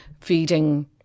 feeding